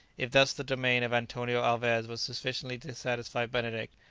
if thus the domain of antonio alvez was sufficient to satisfy benedict,